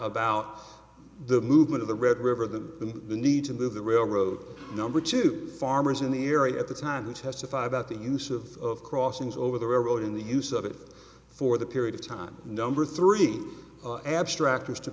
about the movement of the red river the need to move the railroad number two farmers in the area at the time who testified about the use of crossings over the railroad in the use of it for the period of time number three abstract